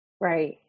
right